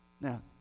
Now